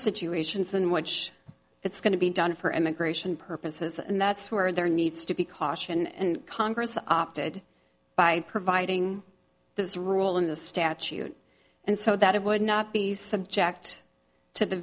situations in which it's going to be done for immigration purposes and that's where there needs to be caution and congress opted by providing this rule in the statute and so that it would not be subject to the